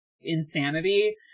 insanity